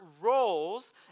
roles